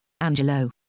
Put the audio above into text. Angelo